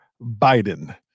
Biden